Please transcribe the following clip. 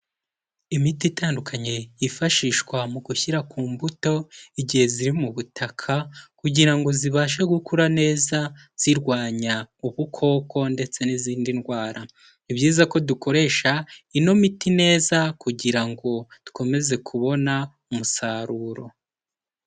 Imiti itandukanye yifashishwa mu gushyira ku mbuto igihe ziri mu butaka kugira ngo zibashe gukura neza zirwanya ubukoko ndetse n'izindi ndwara, ni byiza ko dukoresha ino miti neza kugira ngo dukomeze kubona umusaruro.